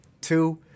two